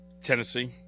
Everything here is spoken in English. Tennessee